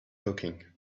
talking